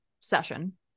session